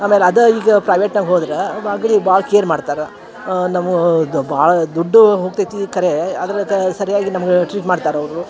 ಆಮೇಲೆ ಅದ ಈಗ ಪ್ರೈವೇಟ್ನಾಗ ಹೋದ್ರ ಬಾಗ್ಳಿ ಭಾಳ್ ಕೇರ್ ಮಾಡ್ತರೆ ನಮೂದ್ ಭಾಳ ದುಡ್ಡು ಹೋಗ್ತೈತಿ ಖರೆ ಆದರೆ ಕ ಸರಿಯಾಗಿ ನಮ್ಗ ಟ್ರೀಟ್ ಮಾಡ್ತಾರೆ ಅವರು